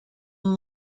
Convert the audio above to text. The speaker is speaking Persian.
این